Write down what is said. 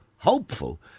hopeful